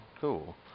Cool